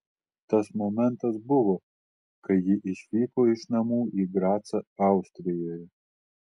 tas momentas buvo kai ji išvyko iš namų į gracą austrijoje